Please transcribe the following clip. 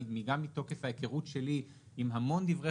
וגם מתוקף ההיכרות שלי עם המון דברי